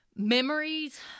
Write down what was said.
Memories